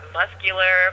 muscular